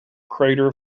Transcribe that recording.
crater